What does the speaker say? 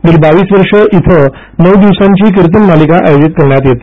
गेली बावीस वर्षे इथे नऊ दिवसांची कीर्तन मालिका आयोजित करण्यात येते